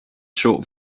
short